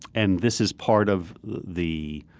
and this is part of the